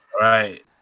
Right